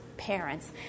parents